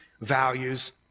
values